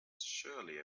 surely